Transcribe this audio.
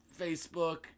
Facebook